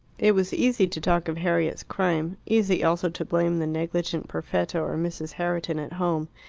it was easy to talk of harriet's crime easy also to blame the negligent perfetta or mrs. herriton at home.